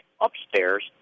upstairs